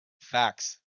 Facts